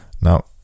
Now